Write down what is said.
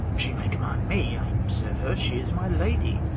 she may command me i serve her she is my lady.